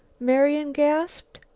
marian gasped.